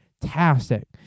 fantastic